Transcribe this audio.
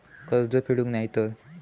कर्ज फेडूक नाय तर?